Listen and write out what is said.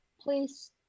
please